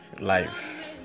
life